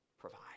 provide